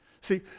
See